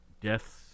deaths